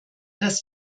dass